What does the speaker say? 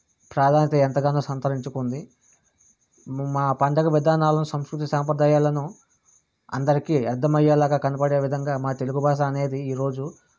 ప్రాధాన్యత ఎంతగానో సంతరించుకుంది మా పండగ విధానాలను సంస్కృతి సంప్రదాయాలను అందరికీ అర్థమయ్యేలా కనపడే విధంగా మా తెలుగు భాష అనేది ఈరోజు